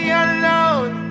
alone